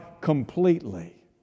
completely